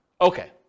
Okay